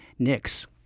NYX